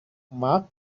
mark